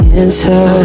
answer